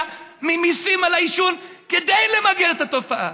ממיסים על העישון כדי למגר את התופעה.